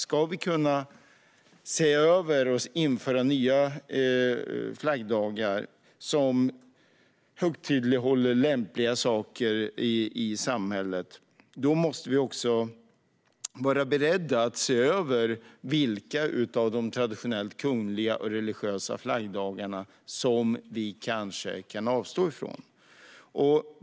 Ska vi införa nya flaggdagar som högtidlighåller lämpliga saker i samhället måste vi vara beredda att se över vilka av de traditionella kungliga och religiösa flaggdagarna vi kan avstå från.